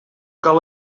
cal